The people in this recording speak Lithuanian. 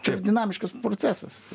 čia dinamiškas procesas